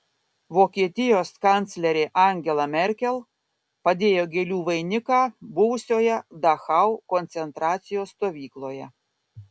vokietijos kanclerė angela merkel padėjo gėlių vainiką buvusioje dachau koncentracijos stovykloje